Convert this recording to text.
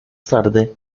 tarde